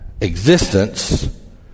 existence